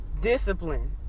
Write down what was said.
Discipline